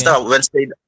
Wednesday